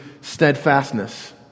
steadfastness